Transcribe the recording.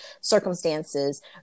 circumstances